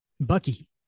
bucky